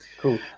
Cool